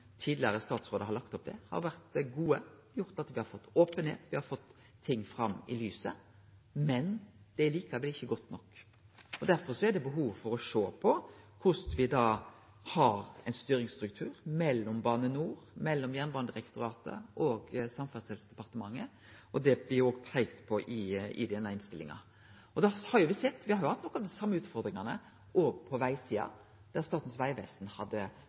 tidlegare statsrådar har lagt opp til, har vore god. Det har gjort at me har fått openheit, at me har fått ting fram i lyset, men det er likevel ikkje godt nok. Derfor er det behov for å sjå på styringsstrukturen mellom Bane NOR, Jernbanedirektoratet og Samferdselsdepartementet. Det blir òg peikt på i denne innstillinga. Me har sett at me har hatt nokre av dei same utfordringane òg på vegsida. Statens vegvesen hadde